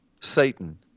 Satan